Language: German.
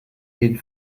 den